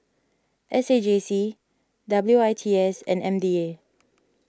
S A J C W I T S and M D A